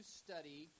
study